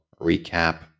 recap